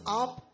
up